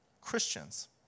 Christians